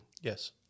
Yes